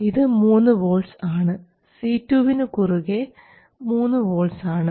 ഇവിടെ 3 വോൾട്ട്സ് ആണ് C2 വിനു കുറുകെ 3 വോൾട്ട്സ് ആണ്